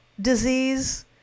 disease